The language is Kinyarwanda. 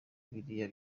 biriya